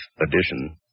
edition